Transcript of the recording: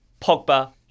Pogba